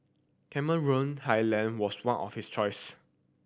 Cameron Highland was one of his choice